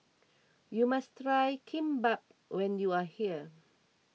you must try Kimbap when you are here